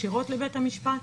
ישירות לבית המשפט,